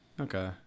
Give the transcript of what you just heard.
Okay